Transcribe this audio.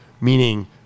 meaning